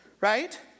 right